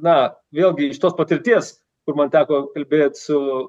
na vėlgi iš tos patirties kur man teko kalbėt su